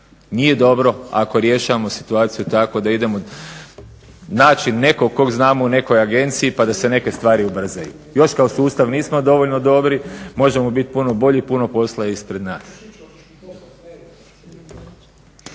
Nije dobro ako rješavamo situaciju tako da idemo naći nekoga koga znamo u nekoj agenciji pa da se neke stvari ubrzaju. Još kao sustav nismo dovoljno dobri, možemo biti puno bolji, puno je posla ispred nas.